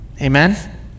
Amen